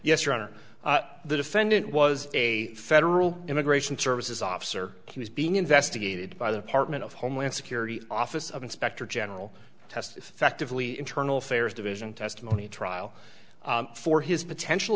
honor the defendant was a federal immigration services officer who is being investigated by the department of homeland security office of inspector general test effectively internal affairs division testimony trial for his potential